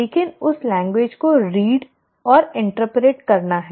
लेकिन उस भाषा को पढ़ना और व्याख्या करनी है